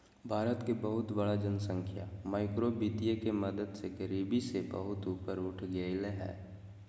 भारत के बहुत बड़ा जनसँख्या माइक्रो वितीय के मदद से गरिबी से बहुत ऊपर उठ गेलय हें